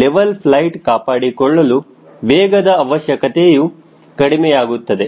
level flight ಕಾಪಾಡಿಕೊಳ್ಳಲು ವೇಗದ ಅವಶ್ಯಕತೆಯೂ ಕಡಿಮೆಯಾಗುತ್ತದೆ